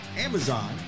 Amazon